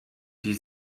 die